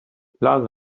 plaza